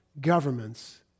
governments